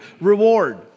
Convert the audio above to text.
reward